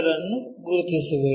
ಅನ್ನು ಗುರುತಿಸಬೇಕು